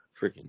freaking